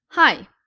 Hi